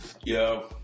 Yo